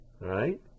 right